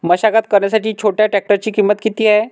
मशागत करण्यासाठी छोट्या ट्रॅक्टरची किंमत किती आहे?